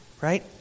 Right